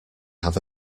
have